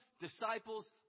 disciples